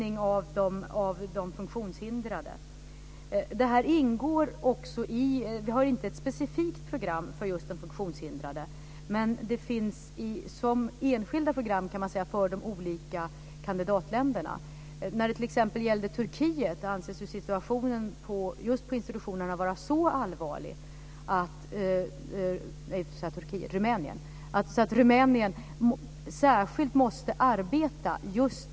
Visst skulle man kanske kunna tänka sig att det skulle vara så här, men man hade ändå en förhoppning om att en del av det här skulle ha försvunnit. Så var det inte. Det var då vi kände att nu har ju faktiskt Sveriges regering världens chans, som ordförande i EU, att lyfta de här frågorna. Jag förstår att för ansökarländernas regeringar kanske den här frågan inte är den första som de lyfter upp på bordet.